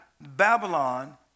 Babylon